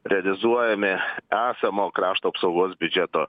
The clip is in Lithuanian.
realizuojami esamo krašto apsaugos biudžeto